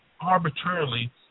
arbitrarily